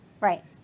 Right